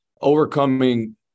overcoming